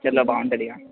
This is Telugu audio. పచ్చడిలో బాగుంటుందిగా